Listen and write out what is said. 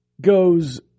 goes